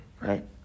right